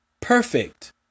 perfect